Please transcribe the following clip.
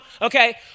okay